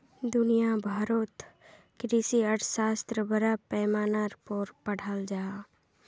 दुनिया भारोत कृषि अर्थशाश्त्र बड़ा पैमानार पोर पढ़ाल जहा